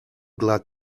glad